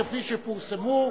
כפי שפורסמו,